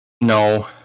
No